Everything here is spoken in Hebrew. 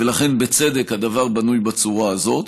ולכן, בצדק הדבר בנוי בצורה הזאת.